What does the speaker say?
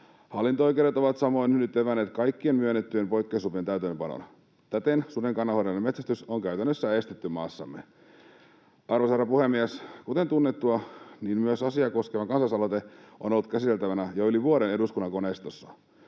Hallinto-oikeudet ovat nyt evänneet kaikkien myönnettyjen poikkeuslupien täytäntöönpanon. Täten suden kannanhoidollinen metsästys on käytännössä estetty maassamme. Arvoisa herra puhemies! Kuten tunnettua, myös asiaa koskeva kansalaisaloite on ollut käsiteltävänä jo yli vuoden eduskunnan koneistossa.